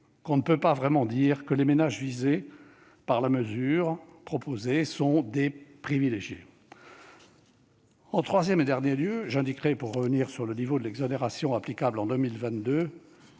l'on ne peut pas vraiment dire que les ménages visés par la mesure proposée sont des « privilégiés ». En troisième et dernier lieu, j'indiquerai que revenir sur le niveau de l'exonération applicable en 2022